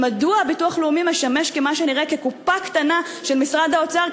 ומדוע הביטוח הלאומי משמש כמה שנראה כקופה קטנה של משרד האוצר,